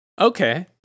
Okay